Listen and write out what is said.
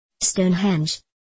Stonehenge